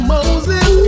Moses